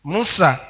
Musa